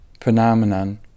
phenomenon